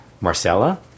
Marcella